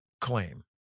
claim